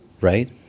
right